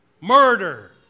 murder